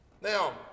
Now